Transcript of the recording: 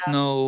no